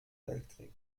weltkrieg